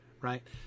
right